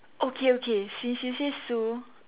okay okay she she say Sue